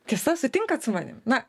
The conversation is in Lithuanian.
tiesa sutinkat su manim na